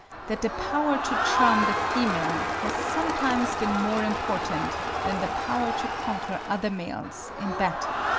that the power to charm the female has sometimes been more important than the power to conquer other males in battle.